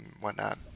whatnot